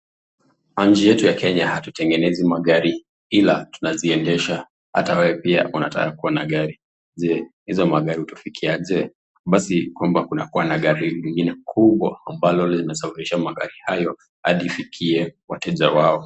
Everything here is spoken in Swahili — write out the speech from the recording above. Kwa nchi yetu ya Kenya hatutengenezi magari ila tunaziendesha hata wewe pia unataka kuwa na gari, Je hizo magari utafikiaje? Basi kwamba kunakuwa na gari lingine kubwa ambalo linasafirisha magari hayo hadi ifikie wateja wao.